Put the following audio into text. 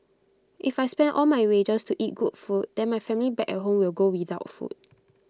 if I spend all my wages to eat good food then my family back at home will go without food